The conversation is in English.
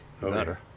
Better